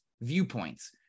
viewpoints